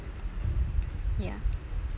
ya